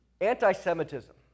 anti-Semitism